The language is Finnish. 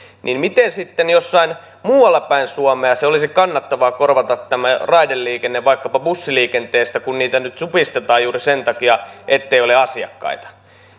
miten sitten jossain muualla päin suomea olisi kannattavaa korvata tämä raideliikenne vaikkapa bussiliikenteellä kun sitä nyt supistetaan juuri sen takia ettei ole asiakkaita